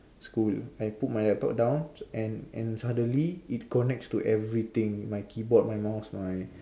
school I put my laptop down and and suddenly it connects to everything my keyboard my mouse my